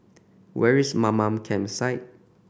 where is Mamam Campsite